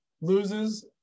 loses